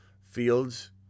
Fields